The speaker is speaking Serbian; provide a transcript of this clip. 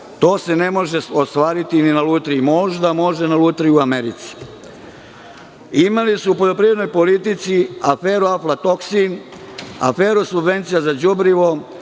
To se ne može ostvariti ni na lutriji. Možda može u lutriji u Americi. Imali su u poljoprivrednoj politici, aferu aflatoksin, aferu subvencija za đubrivo,